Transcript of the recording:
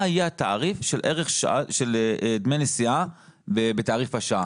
מה יהיה התעריף של דמי נסיעה בתעריף השעה.